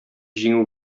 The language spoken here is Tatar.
җиңү